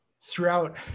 throughout